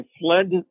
fled